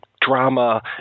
drama